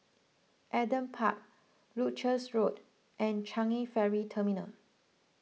Adam Park Leuchars Road and Changi Ferry Terminal